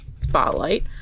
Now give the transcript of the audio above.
spotlight